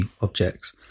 objects